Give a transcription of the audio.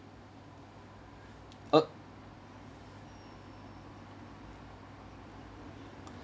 uh